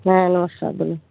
হ্যাঁ নমস্কার বলুন